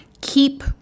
keep